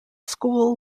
school